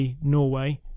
norway